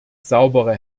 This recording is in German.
saubere